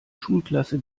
schulklasse